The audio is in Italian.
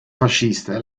fascista